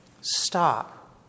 Stop